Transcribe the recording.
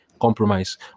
compromise